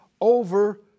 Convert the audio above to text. over